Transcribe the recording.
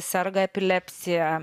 serga epilepsija